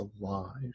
alive